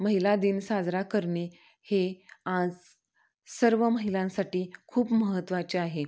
महिला दिन साजरा करणे हे आज सर्व महिलांसाठी खूप महत्त्वाचे आहे